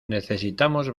necesitamos